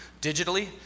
digitally